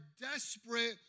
desperate